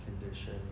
condition